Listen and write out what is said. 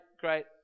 great